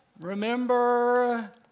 Remember